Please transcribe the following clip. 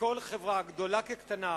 לכל חברה, גדולה כקטנה,